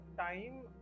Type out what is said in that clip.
time